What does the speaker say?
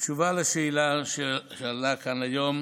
בתשובה על השאלה שנשאלה כאן היום